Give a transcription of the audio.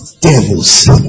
devils